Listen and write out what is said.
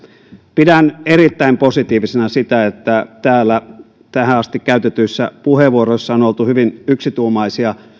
pidän erittäin positiivisena sitä että täällä tähän asti käytetyissä puheenvuoroissa on on oltu hyvin yksituumaisia